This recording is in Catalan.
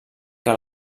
que